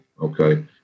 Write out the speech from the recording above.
Okay